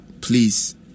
Please